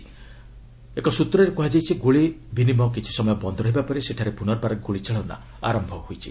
ନିରାପଦ ସୂତ୍ରରୁ କୁହାଯାଇଛି ଗୁଳି ବିନିମୟ କିଛି ସମୟ ବନ୍ଦ ରହିବା ପରେ ସେଠାରେ ପୁନର୍ବାର ଗୁଳି ଚାଳନା ଆରମ୍ଭ ହୋଇଛି